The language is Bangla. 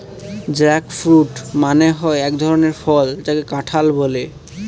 জ্যাকফ্রুট মানে হয় এক ধরনের ফল যাকে কাঁঠাল বলে